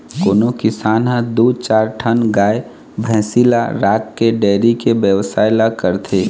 कोनो किसान ह दू चार ठन गाय भइसी ल राखके डेयरी के बेवसाय ल करथे